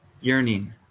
Yearning